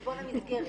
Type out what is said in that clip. המסגרת.